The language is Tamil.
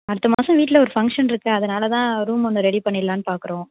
அடுத்த மாதம் வீட்டில் ஒரு ஃபங்ஷன் இருக்கு அதனால் தான் ரூம் ஒன்று ரெடி பண்ணிருலான்னு பார்க்குறோம்